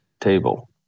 table